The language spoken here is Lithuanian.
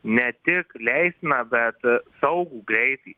ne tik leistiną bet saugų greitį